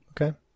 Okay